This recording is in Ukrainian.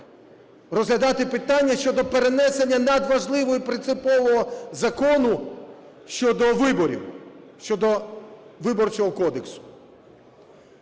розглядати питання щодо перенесення надважливого і принципового Закону щодо виборів, щодо Виборчого кодексу.